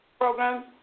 program